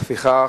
לפיכך,